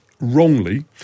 wrongly